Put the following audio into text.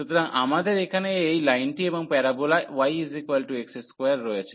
সুতরাং আমাদের এখানে এই লাইনটি এবং প্যারাবোলা yx2 রয়েছে